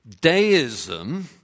deism